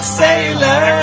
sailor